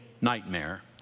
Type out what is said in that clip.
nightmare